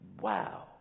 Wow